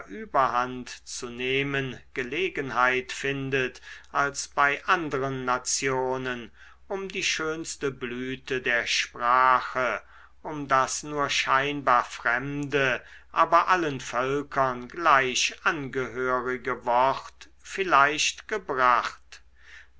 überhand zu nehmen gelegenheit findet als bei anderen nationen um die schönste blüte der sprache um das nur scheinbar fremde aber allen völkern gleich angehörige wort vielleicht gebracht